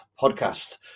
podcast